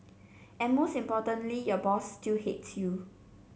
and most importantly your boss still hates you